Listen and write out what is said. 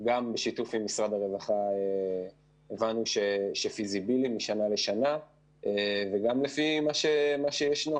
גם בשיתוף עם משרד הרווחה הבנו שזה פיזיבילי משנה לשנה וגם לפי מה שיש.